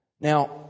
Now